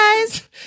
guys